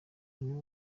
nibo